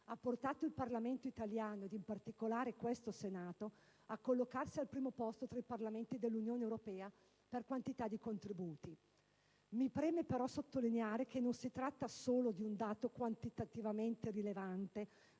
ha portato il Parlamento italiano - ed in particolare questo Senato - a collocarsi al primo posto tra i Parlamenti dell'Unione europea per quantità di contributi. Mi preme però sottolineare che non si tratta solo di un dato quantitativamente rilevante